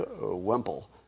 Wemple